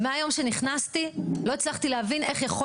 ומהיום שנכנסתי לא הצלחתי להבין איך יכול